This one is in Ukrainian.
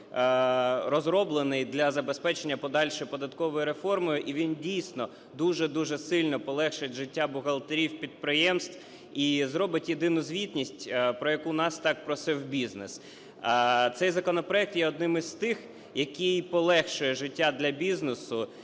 розроблений для забезпечення подальшої податкової реформи, і він, дійсно, дуже-дуже сильно полегшить життя бухгалтерів підприємств і зробить єдину звітність, про яку нас так просив бізнес. Цей законопроект є одним із тих, який полегшує життя для бізнесу